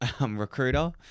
recruiter